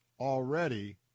already